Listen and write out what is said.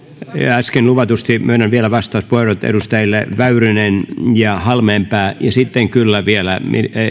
äsken luvatusti myönnän vielä vastauspuheenvuorot edustajille väyrynen ja halmeenpää ja sitten kyllä vielä